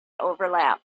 overlap